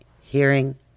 hearing